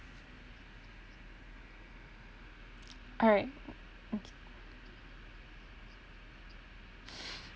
alright okay